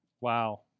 wow